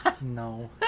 No